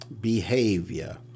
behavior